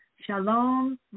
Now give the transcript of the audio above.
Shalom